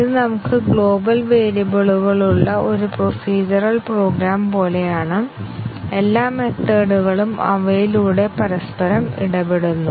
ഇത് നമുക്ക് ഗ്ലോബൽ വേരിയബിളുകളുള്ള ഒരു പ്രൊസീജ്യറൽ പ്രോഗ്രാം പോലെയാണ് എല്ലാ മെത്തേഡ്കളും അവയിലൂടെ പരസ്പരം ഇടപെടുന്നു